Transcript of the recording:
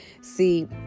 See